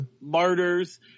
martyrs